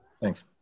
Thanks